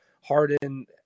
Harden